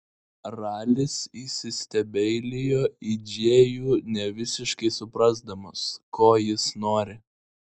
ralis įsistebeilijo į džėjų nevisiškai suprasdamas ko jis nori